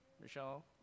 Michelle